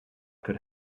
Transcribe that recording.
could